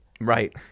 Right